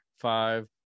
five